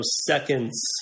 seconds